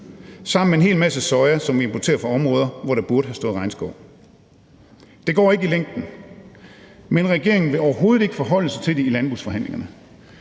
sammen med en hel masse soja, som vi importerer fra områder, hvor der burde have stået regnskov. Det går ikke i længden, men regeringen vil overhovedet ikke forholde sig til det i landbrugsforhandlingerne.